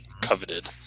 coveted